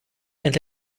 and